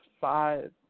five